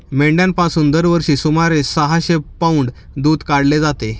मेंढ्यांपासून दरवर्षी सुमारे सहाशे पौंड दूध काढले जाते